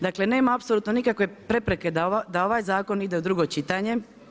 Dakle, nema apsolutno nikakve prepreke da ovaj zakon ide u drugo čitanje.